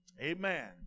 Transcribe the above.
Amen